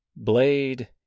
Blade